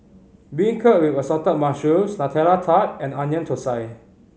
beancurd with Assorted Mushrooms Nutella Tart and Onion Thosai